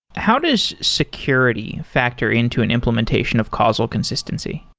how does security factor into an implementation of causal consistency?